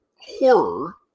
horror